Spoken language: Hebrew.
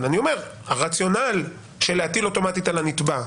אבל אני אומר שהרציונל להטיל אוטומטית על הנתבע קיים,